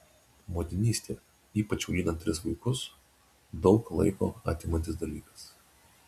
motinystė ypač auginant tris vaikus daug laiko atimantis dalykas